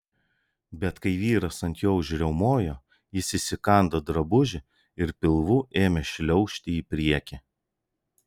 bet kai vyras ant jo užriaumojo jis įsikando drabužį ir pilvu ėmė šliaužti į priekį